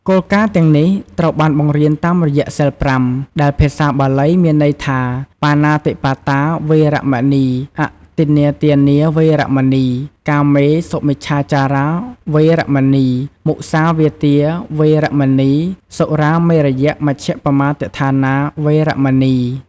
គោលការណ៍ទាំងនេះត្រូវបានបង្រៀនតាមរយៈ សីលប្រាំ ដែលភាសាបាលី មានន័យថា បាណាតិបាតា វេរមណី, អទិន្នាទានា វេរមណី, កាមេ សុមិច្ឆាចារា វេរមណី, មុសាវាទា វេរមណី, សុរាមេរយមជ្ជប្បមាទដ្ឋានា វេរមណី។